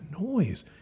noise